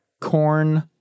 corn